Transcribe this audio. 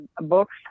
books